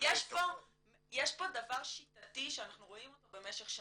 יש פה דבר שיטתי שאנחנו רואים אותו במשך שנים.